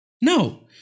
No